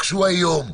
תיפגשו היום,